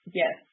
yes